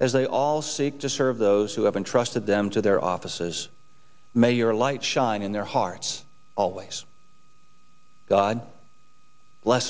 as they all seek to serve those who haven't trusted them to their offices may your light shine in their hearts always god bless